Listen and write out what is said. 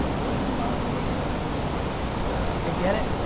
you're in the clouds in the dirt, i'm still just in the fuckin' dirt. i i get it,